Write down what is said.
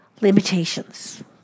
Limitations